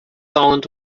holland